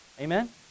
Amen